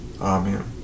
Amen